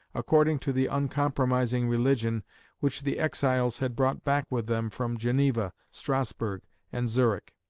according to the uncompromising religion which the exiles had brought back with them from geneva, strasburg, and zurich,